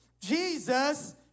Jesus